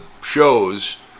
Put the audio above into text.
shows